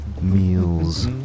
meals